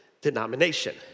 denomination